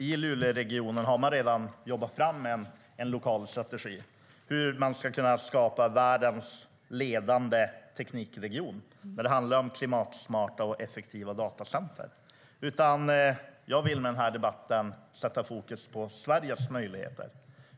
I luleregionen har man redan jobbat fram en lokal strategi för hur man ska skapa världens ledande teknikregion när det handlar om klimatsmarta och effektiva datacenter. Jag vill med den här debatten sätta fokus på Sveriges möjligheter.